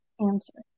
answer